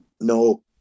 No